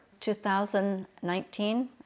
2019